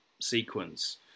sequence